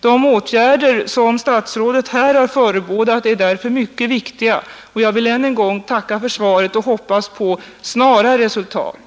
De åtgärder som statsrådet här har förebådat är därför mycket viktiga. Jag vill än en gång tacka för svaret och hoppas på snara resultat.